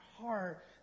heart